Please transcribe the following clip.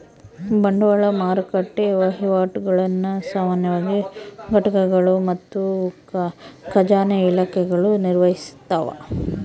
ಬಂಡವಾಳ ಮಾರುಕಟ್ಟೆ ವಹಿವಾಟುಗುಳ್ನ ಸಾಮಾನ್ಯವಾಗಿ ಘಟಕಗಳು ಮತ್ತು ಖಜಾನೆ ಇಲಾಖೆಗಳು ನಿರ್ವಹಿಸ್ತವ